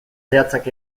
zehatzak